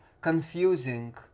confusing